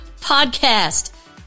Podcast